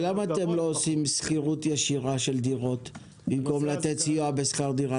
למה אתם לא עושים שכירות ישירה של דירות במקום לתת סיוע בשכר דירה?